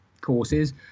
courses